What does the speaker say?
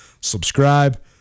subscribe